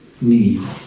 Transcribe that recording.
need